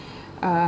uh